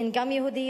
הן גם יהודיות,